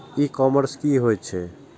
ई commerce की होय छेय?